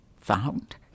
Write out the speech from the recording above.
found